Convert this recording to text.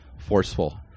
forceful